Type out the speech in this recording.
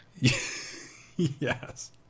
Yes